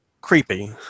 creepy